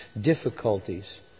difficulties